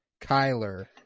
kyler